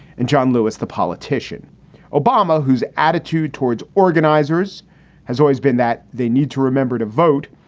and john lewis, the politician obama, whose attitude towards organizers has always been that they need to remember to vote,